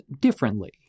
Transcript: differently